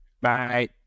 Bye